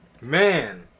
Man